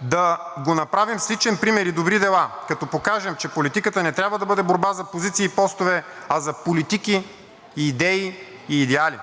да го направим с личен пример и добри дела, като покажем, че политиката не трябва да бъде борба за позиции и постове, а за политики, идеи и идеали.